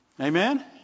Amen